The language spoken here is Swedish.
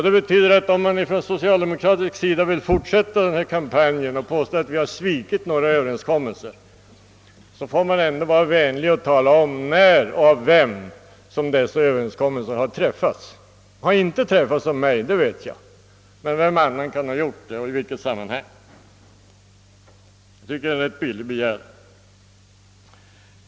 Det betyder att om man från socialdemokratisk sida vill fortsätta denna kampanj och påstå att vi svikit några överenskommelser, får man vara vänlig och tala om när och av vem som dessa överenskommelser har träffats. De har inte träffats av mig, det vet jag. Vem annan kan då ha gjort det och i vilket sammanhang? Att få reda på detta tycket jag är en billig begäran.